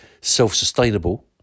self-sustainable